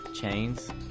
chains